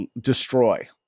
destroy